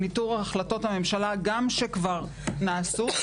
גם ניטור החלטות ממשלה שכבר נעשו,